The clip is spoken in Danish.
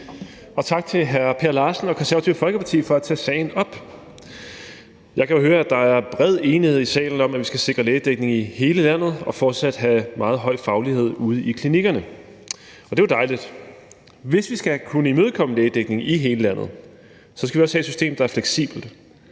Også tak til hr. Per Larsen og Det Konservative Folkeparti for at tage sagen op. Jeg kan høre, at der er bred enighed i salen om, at vi skal sikre lægedækning i hele landet og fortsat have meget høj faglighed ude i klinikkerne, og det er jo dejligt. Hvis vi skal kunne imødekomme lægedækning i hele landet, skal vi også have et system, der er fleksibelt,